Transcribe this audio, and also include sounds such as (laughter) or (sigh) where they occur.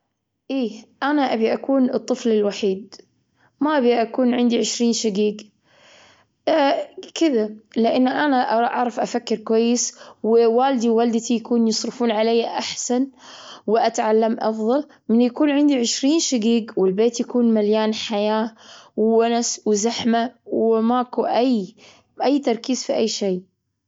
إيه، أنا أبي أكون الطفل الوحيد. ما أبي أكون عندي عشرين شقيق (hesitation) كذا لأنه أنا أع-أعرف أفكر كويس، ووالدي ووالدتي يكون يصرفون علي أحسن. وأتعلم أفضل من يكون عندي عشرين شقيق، والبيت يكون مليان حياة وونس وزحمة، وما قو أي-أي تركيز في أي شيء.